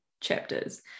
chapters